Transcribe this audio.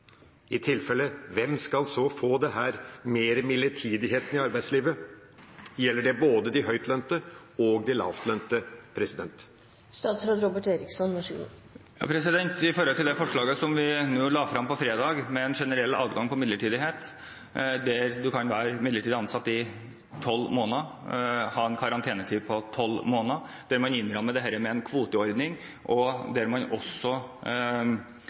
I tilfelle: Hvem skal så få mer av denne «midlertidigheten» i arbeidslivet? Gjelder det både de høytlønte og de lavtlønte? Med det forslaget vi la fram på fredag med en generell adgang på midlertidighet, kan man være midlertidig ansatt i 12 måneder og ha en karantenetid på 12 måneder. Man kan innramme dette med en kvoteordning, og man kan også